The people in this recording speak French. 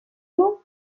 mots